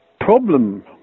problem